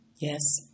Yes